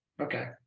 Okay